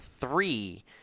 three